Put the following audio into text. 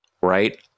Right